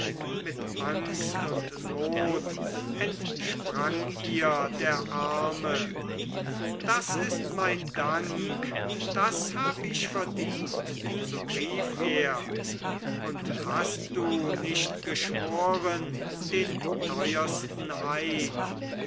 mit angst und not entsprang ihr der arme das ist dein dank das hab ich verdient so rief er und hast du nicht geschworen den teuersten eid